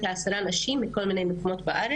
ובחברה הערבית זה המקור של המוות הראשון,